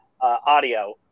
audio